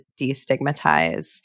destigmatize